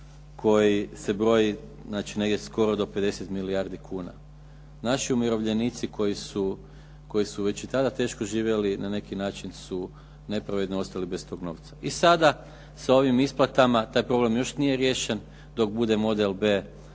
koji se broji znači skoro do 50 milijardi kuna. naši umirovljenici koji su već i tada teško živjeli na neki način su nepravedno ostali bez tog novca. I sada sa ovim isplatama taj problem još nije riješen. Dok bude model B